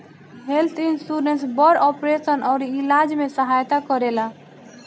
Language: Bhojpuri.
हेल्थ इन्सुरेंस बड़ ऑपरेशन अउरी इलाज में सहायता करेला